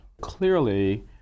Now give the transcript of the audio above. Clearly